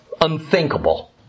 unthinkable